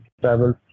travel